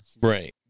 Right